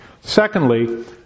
Secondly